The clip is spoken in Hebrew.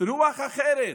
רוח אחרת,